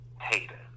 hater